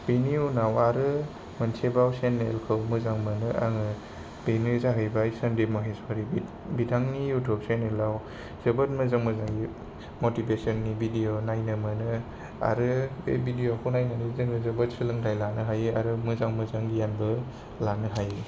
बिनि उनाव आरो मोनसेबाव चेनेलखौ मोजां मोनो आङो बेनो जाहैबाय सनदिप माहेश्वारि बिथांनि युटुब चेनेलाव जोबोद मोजां मोजां मटिवेशननि भिडिअ नायनो मोनो आरो बे भिडिअखौ नायनानो जोङो जोबोद सोलोंथाइ लानो हायो आरो मोजां मोजां गियानबो लानो हायो